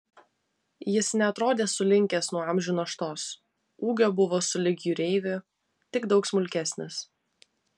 jis neatrodė sulinkęs nuo amžių naštos ūgio buvo sulig jūreiviu tik daug smulkesnis